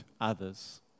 others